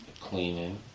Cleaning